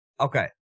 Okay